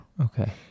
Okay